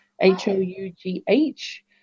H-O-U-G-H